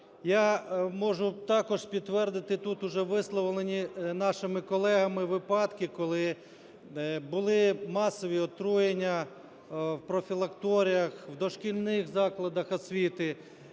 Я можу також підтвердити тут вже висловлені нашими колегами випадки, коли були масові отруєння в профілакторіях, в дошкільних закладах освіти.